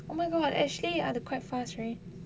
oh my god actually we are quite fast right